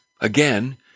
again